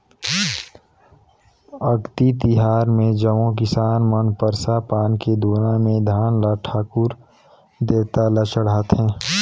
अक्ती तिहार मे जम्मो किसान मन परसा पान के दोना मे धान ल ठाकुर देवता ल चढ़ाथें